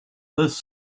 this